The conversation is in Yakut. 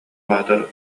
баатыр